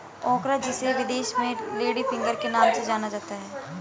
ओकरा जिसे विदेश में लेडी फिंगर के नाम से जाना जाता है